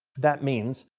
that means,